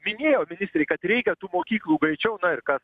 minėjo ministrei kad reikia tų mokyklų greičiau na ir kas